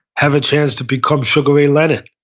have a chance to become sugar ray leonard,